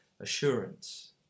assurance